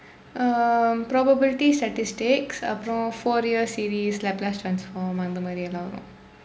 um probability statistics அப்புறம்:appuram four year series lapalace transform அந்த மாதிரி எல்லா வரும்:andtha maathiri ellaa varum